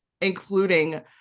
including